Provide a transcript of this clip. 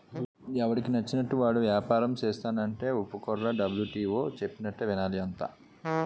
ఎవడికి నచ్చినట్లు వాడు ఏపారం సేస్తానంటే ఒప్పుకోర్రా డబ్ల్యు.టి.ఓ చెప్పినట్టే వినాలి అంతా